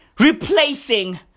Replacing